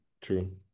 true